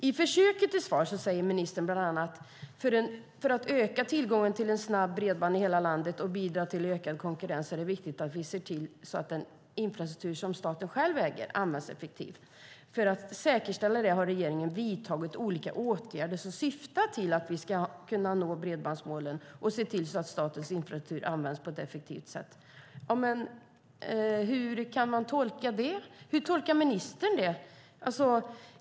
I försöket till svar säger ministern bland annat: "För att öka tillgången till snabbt bredband i hela landet och bidra till ökad konkurrens är det viktigt att vi ser till att den infrastruktur som staten själv äger används effektivt. - För att säkerställa det har regeringen vidtagit olika åtgärder som syftar till att vi ska kunna nå bredbandsmålen och se till att statens infrastruktur används på ett effektivt sätt." Hur kan man tolka det? Hur tolkar ministern det?